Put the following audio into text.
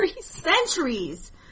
Centuries